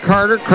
Carter